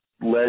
led